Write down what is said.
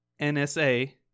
NSA